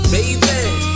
Baby